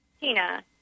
Tina